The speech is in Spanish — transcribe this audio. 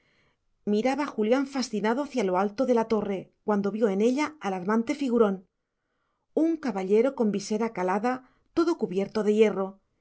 miraba julián fascinado hacia lo alto de la torre cuando vio en ella alarmante figurón un caballero con visera calada todo cubierto de hierro